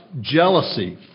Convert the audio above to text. jealousy